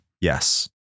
Yes